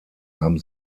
haben